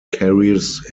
carries